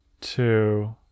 Two